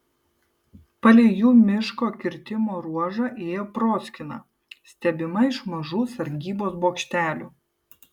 palei jų miško kirtimo ruožą ėjo proskyna stebima iš mažų sargybos bokštelių